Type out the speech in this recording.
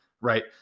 right